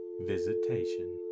visitation